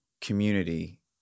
community